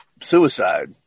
suicide